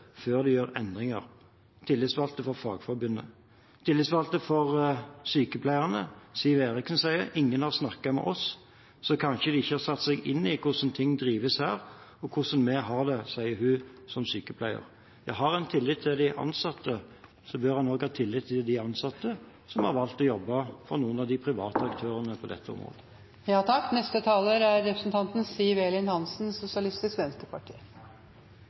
før de gjør slike endringer.» Tillitsvalgt for sykepleierne, Siv Eriksen, sier: «Ingen har snakket med oss, så kanskje de ikke har satt seg inn i hvordan ting drives her og hvordan vi har det.» Har en tillit til de ansatte, bør en også ha tillit til de ansatte som har valgt å jobbe i det private på dette området. Hoksrud påstår at SV ikke har vært opptatt av kvalitet og valgfrihet – SV har alltid vært opptatt av valgfrihet. Det som jeg synes er